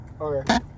Okay